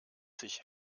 sich